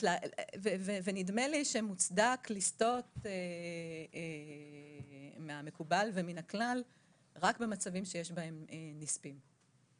נדמה לי שמוצדק לסטות מהמקובל ומן הכלל רק במצבים שיש בהם נספים.